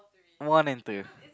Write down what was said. one and two